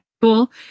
cool